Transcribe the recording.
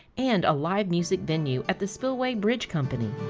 and a live music venue at the spillway bridge company.